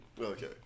Okay